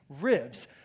ribs